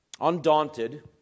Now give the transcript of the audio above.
Undaunted